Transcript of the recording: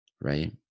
right